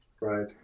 Right